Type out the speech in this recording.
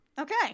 Okay